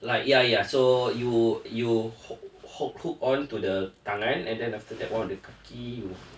like ya ya so you you hoo~ hoo~ hook on to the tangan and then after that one of the kaki will